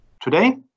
Today